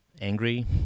angry